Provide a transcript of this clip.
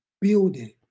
building